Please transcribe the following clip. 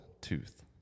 tooth